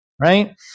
Right